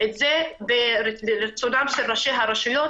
את זה לרצונם של ראשי הרשויות,